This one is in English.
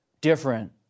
different